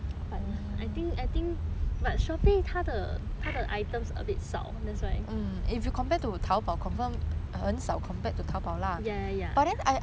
but shopee 它的它的 items a bit 少 that's why ya ya ya